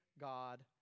God